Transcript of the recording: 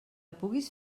puguis